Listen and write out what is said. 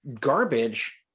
garbage